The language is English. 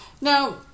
Now